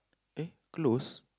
eh close